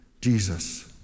Jesus